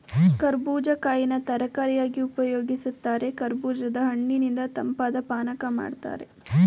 ಕರ್ಬೂಜ ಕಾಯಿನ ತರಕಾರಿಯಾಗಿ ಉಪಯೋಗಿಸ್ತಾರೆ ಕರ್ಬೂಜದ ಹಣ್ಣಿನಿಂದ ತಂಪಾದ್ ಪಾನಕ ಮಾಡ್ತಾರೆ